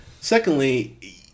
secondly